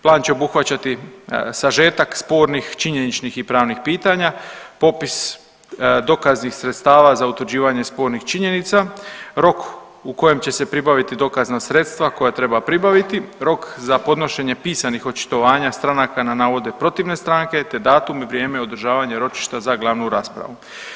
Plan će obuhvaćati sažetak spornih, činjeničnih i pravnih pitanja, popis dokaznih sredstava za utvrđivanje spornih činjenica, rok u kojem će se pribaviti dokazna sredstava koja treba pribaviti, rok za podnošenje pisanih očitovanja stranaka na navode protivne stranke, te datum i vrijeme održavanja ročišta za glavnu raspravu.